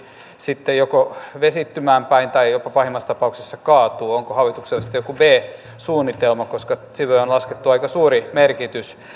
sitten joko vesittymään päin tai jopa pahimmassa tapauksessa kaatuu onko joku b suunnitelma koska sille on laskettu aika suuri merkitys